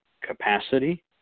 capacity